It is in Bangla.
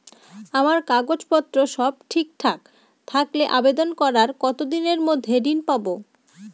আমার কাগজ পত্র সব ঠিকঠাক থাকলে আবেদন করার কতদিনের মধ্যে ঋণ পাব?